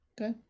okay